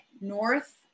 north